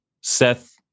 Seth